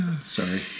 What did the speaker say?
Sorry